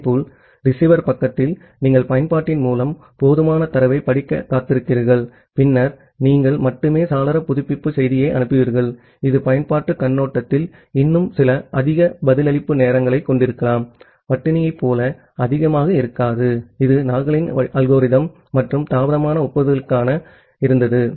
இதேபோல் ரிசீவர் பக்கத்தில் நீங்கள் பயன்பாட்டின் மூலம் போதுமான தரவைப் படிக்கக் காத்திருக்கிறீர்கள் பின்னர் நீங்கள் மட்டுமே சாளர புதுப்பிப்பு செய்தியை அனுப்புவீர்கள் இது பயன்பாட்டுக் கண்ணோட்டத்தில் இன்னும் சில அதிக பதிலளிப்பு நேரங்களைக் கொண்டிருக்கலாம் ஸ்டார்வேஷனயைப் போல அதிகமாக இருக்காது இது நாக்லின் அல்கோரிதம் மற்றும் தாமதமான ஒப்புதலுக்காக இருந்தது